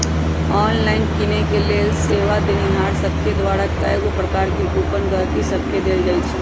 online किनेके लेल सेवा देनिहार सभके द्वारा कएगो प्रकार के कूपन गहकि सभके देल जाइ छइ